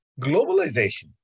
globalization